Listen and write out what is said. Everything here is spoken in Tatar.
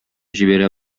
җибәрә